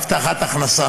הבטחת הכנסה.